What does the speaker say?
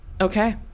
okay